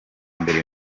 mbere